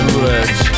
rich